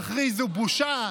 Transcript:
תכריזו: בושה,